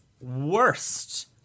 worst